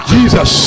Jesus